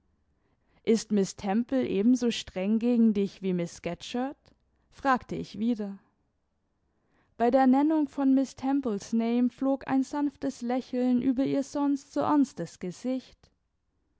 ist miß temple ebenso streng gegen dich wie miß scatcherd fragte ich wieder bei der nennung von miß temples name flog ein sanftes lächeln über ihr sonst so ernstes gesicht